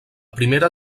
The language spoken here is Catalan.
primera